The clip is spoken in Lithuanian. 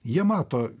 jie mato